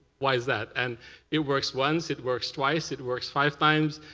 why is that? and it works once. it works twice. it works five times.